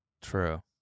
True